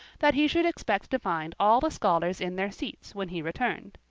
that he should expect to find all the scholars in their seats when he returned.